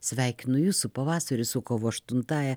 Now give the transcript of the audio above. sveikinu jūsų su pavasariu su kovo aštuntąja